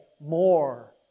more